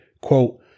quote